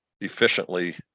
efficiently